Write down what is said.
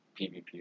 PvP